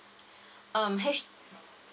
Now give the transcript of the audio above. um H